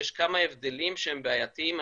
יש כמה הבדלים שהם בעייתיים,